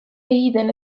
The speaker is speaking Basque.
egiten